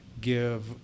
give